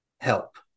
help